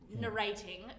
narrating